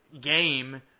game